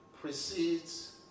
precedes